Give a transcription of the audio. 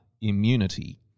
immunity